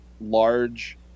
large